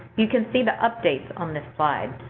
you can see the updates on this slide.